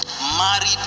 married